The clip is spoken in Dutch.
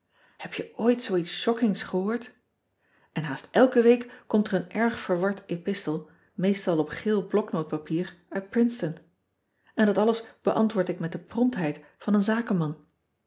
eb je ooit zoo iets shockings gehoord n haast elke week komt er een erg verward epistel meestal op geel blocnote papier uit rinceton n dat alles beantwoord ik met de promptheid van een zakenman